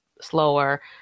slower